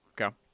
Okay